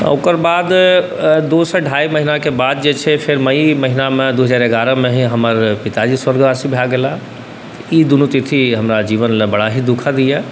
आओर ओकर बाद दुइसँ अढ़ाइ महिनाके बाद जे छै फेर मइ महिनामे दुइ हजार एगारहमे ही हमर पिताजी स्वर्गवासी भऽ गेलाह ई दुनू तिथि हमरा जीवनलए बड़ा ही दुखद अइ